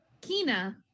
kina